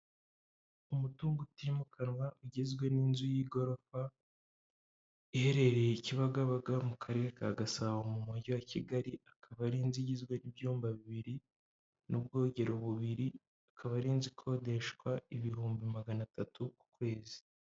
Umutungo utimukanwa ugizwe n'inzu y'igorofa, iherereye Kibagabaga mu karere ka Gasabo mu mujyi wa Kigali, akaba ari inzu igizwe n'ibyumba bibiri n'ubwogero bubiri, akaba ari inzu ikodeshwa ibihumbi magana atatu ku kwezi.